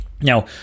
Now